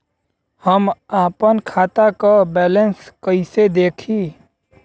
हम आपन खाता क बैलेंस कईसे देखी?